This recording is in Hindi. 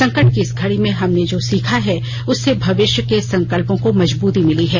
संकट की इस घड़ी में हमने जो सीखा है उससे भविष्य के संकल्पों को मजबूत किया है